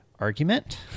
Argument